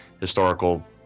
historical